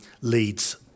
leads